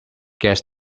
guess